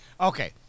Okay